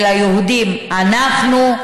וליהודים "אנחנו",